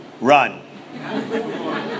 run